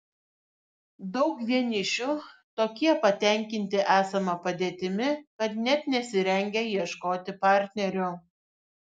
daug vienišių tokie patenkinti esama padėtimi kad net nesirengia ieškoti partnerio